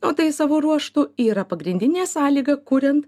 o tai savo ruožtu yra pagrindinė sąlyga kuriant